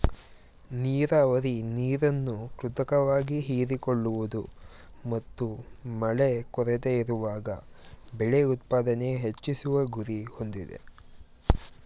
ನೀರಾವರಿ ನೀರನ್ನು ಕೃತಕವಾಗಿ ಹೀರಿಕೊಳ್ಳುವುದು ಮತ್ತು ಮಳೆ ಕೊರತೆಯಿರುವಾಗ ಬೆಳೆ ಉತ್ಪಾದನೆ ಹೆಚ್ಚಿಸುವ ಗುರಿ ಹೊಂದಿದೆ